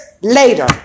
later